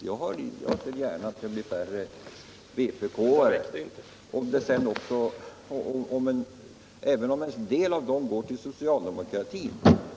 Jag ser gärna att det blir färre vpk-are, även om en del av de rösterna går till socialdemokratin.